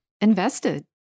invested